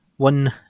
One